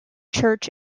church